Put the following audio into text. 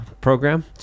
program